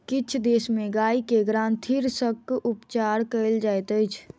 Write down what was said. किछ देश में गाय के ग्रंथिरसक उपचार कयल जाइत अछि